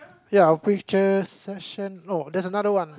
ya our picture session no there's another one